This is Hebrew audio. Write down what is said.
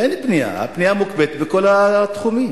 אין בנייה, הבנייה מוקפאת בכל התחומים,